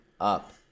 up